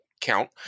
count